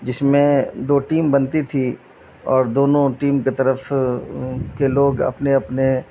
جس میں دو ٹیم بنتی تھی اور دونوں ٹیم کے طرف کے لوگ اپنے اپنے